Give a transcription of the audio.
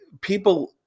people